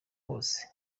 hose